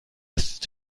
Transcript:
ist